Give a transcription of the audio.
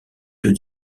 deux